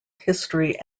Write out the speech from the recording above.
history